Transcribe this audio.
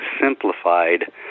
simplified